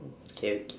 okay okay